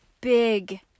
big